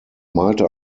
malte